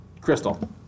Crystal